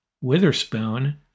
Witherspoon